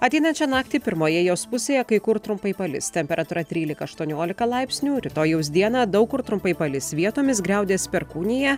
ateinančią naktį pirmoje jos pusėje kai kur trumpai palis temperatūra trylika aštuoniolika laipsnių rytojaus dieną daug kur trumpai palis vietomis griaudės perkūnija